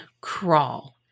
crawl